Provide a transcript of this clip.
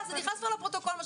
אני דניאל פדון, אני